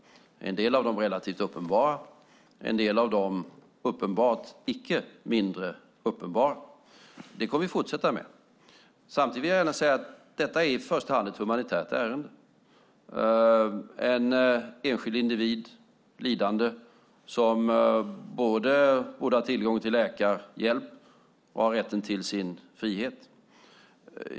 En del av dem är relativt uppenbara, och en del av dem är mindre uppenbara. Det kommer vi att fortsätta med. Samtidigt vill jag säga att detta är i första hand ett humanitärt ärende. Det är fråga om en enskild lidande individ, som både borde ha tillgång till läkarhjälp och ha rätten till sin frihet.